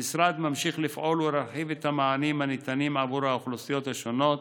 המשרד ממשיך לפעול ולהרחיב את המענים הניתנים עבור האוכלוסיות השונות